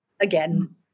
again